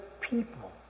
people